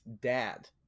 dad